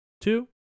Two